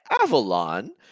Avalon